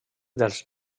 dels